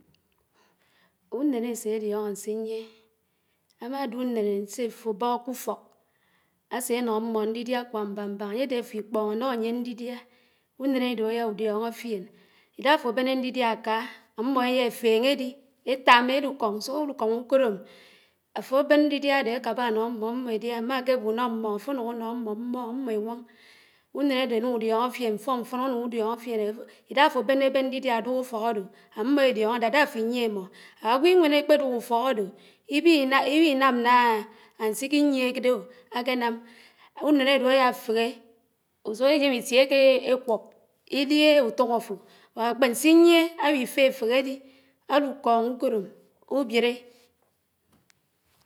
Ùnén ásé árítñó ánsíyié. Ámádé ùnén sé áfò ábóék k’ùfók, ásó ánó ámmó ñdídíá kurá mbáñ mbáñ áyédé áf’iapéñ ánó ányé ñdidiá, ùnén ádò áyá ùdúñó fíén Ídáhó áfó ábéné ñdídiá áká, ámmó éyá étéhé édí étám édikóñ, ùsùkó édùkóñ ùkòdm, áfó ábén ñdídíá ádé ákábá ánó ámmó ámmó édíá, márébì ùnó mmóñ áfò ánùñ ánó ámmó mméñ ámmó énwóñ, ùnén ádé ànùdlóñó fién mfón mfón ánùñ ùdíóñó fién ídáhá áfó ábénén ñdídiá ádùk ùfók ádò ámmó édíóñó dát áfò íñyíé émó Ágwò íwén ákpédùk ùfók ádò íwínám ánsíkíyíé ákéniùn ùnén ádó áyátéké ùsùk éjém ítíé ékéé ékùb, ídíhé áfó Ñsíyíé áwí féféhé ádí álù kóñ ùkòdm ùbiéré.